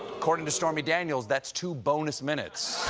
according to stormy daniels, that's two bonus minutes.